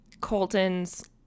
Colton's